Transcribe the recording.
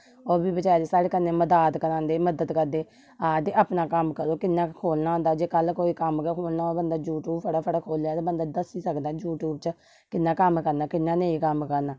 ओह्बी बचारे साढ़े कन्ने मदाद करांदे मदद करदे आक्खदे अपना कम्म करो कियां खोलना होंदा जेकर कल कोई कम्म खोलना होऐ बंदा यूट्यूब फटाफट खोलेआ ते बंदा दस्सी सकदा यूट्यूब च कियां कम्म करना कियां नेईं कम्म करना